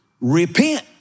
Repent